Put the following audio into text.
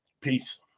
Peace